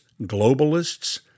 globalists